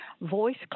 Voice